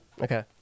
Okay